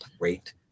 great